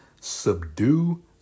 subdue